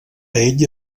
ell